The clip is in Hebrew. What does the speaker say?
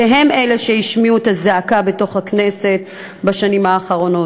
שהן אלה שהשמיעו את הזעקה בתוך הכנסת בשנים האחרונות.